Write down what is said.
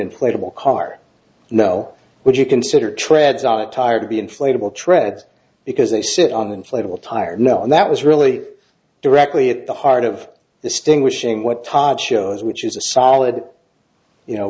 inflatable car no would you consider treads on a tire to be inflatable treads because they sit on inflatable tire no and that was really directly at the heart of the sting wishing what todd shows which is a solid you know